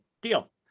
Deal